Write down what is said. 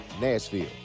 Nashville